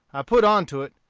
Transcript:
i put on to it,